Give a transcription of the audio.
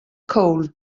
call